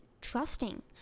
trusting